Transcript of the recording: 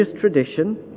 tradition